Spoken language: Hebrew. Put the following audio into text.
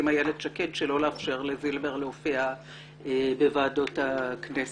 איילת שקד שלא לאפשר לדינה זילבר להופיע בוועדות הכנסת.